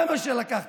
זה מה שלקחת.